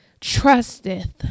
Trusteth